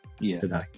today